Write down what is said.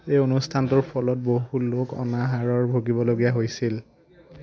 এই অনুষ্ঠানটোৰ ফলত বহু লোক অনাহাৰত ভুগিবলগীয়া হৈছিল